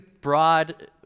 broad